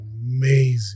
amazing